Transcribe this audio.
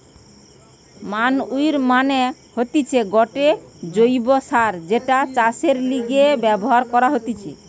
manure মানে হতিছে গটে জৈব্য সার যেটা চাষের লিগে ব্যবহার করা হতিছে